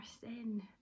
sin